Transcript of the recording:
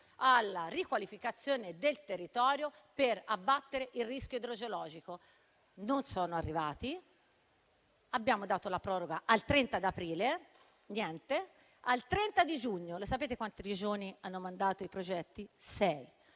alla riqualificazione del territorio per abbattere il rischio idrogeologico. Non sono arrivati, abbiamo dato la proroga al 30 aprile, ma niente; al 30 giugno, sapete quante Regioni avevano mandato i progetti? Sei.